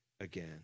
again